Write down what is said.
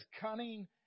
cunning